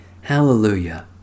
Hallelujah